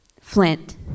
Flint